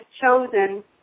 chosen